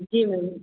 जी ma'am